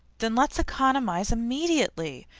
then let's economize immediately,